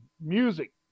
music